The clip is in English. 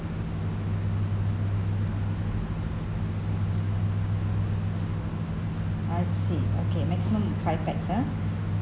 I see okay maximum five pax ah